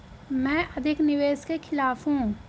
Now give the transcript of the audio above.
मैं अधिक निवेश के खिलाफ हूँ